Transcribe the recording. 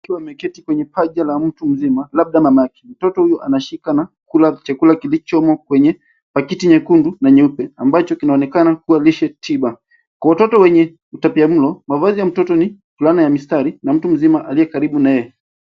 Mtoto ameketi kwenye paja la mtu mzima, labda ya mamake. Mtoto huyo anashika na kula chakula kilichomo kwenye pakiti nyekundu na nyeupe, ambacho kinaonekana kua lishe tiba, kwa watoto wenye utapiamlo. Mavazi ya mtoto ni fulana ya mistari, na mtu mzima aliye karibu na yeye.